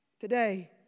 Today